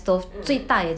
mmhmm